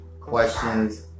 questions